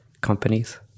companies